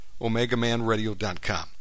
omegamanradio.com